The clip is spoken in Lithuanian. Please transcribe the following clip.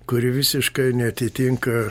kuri visiškai neatitinka